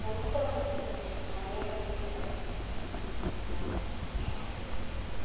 ரொம்ப ரொம்ப பிடிச்சிருந்துச்சி நம்ம நேரில் போய் கடையில் பார்த்து வாங்கியிருந்தா கூட இவ்வளோ அளவுக்கு நம்ம வாங்கியிருக்க மாட்டோம்